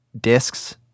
Discs